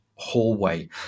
hallway